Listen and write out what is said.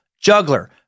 juggler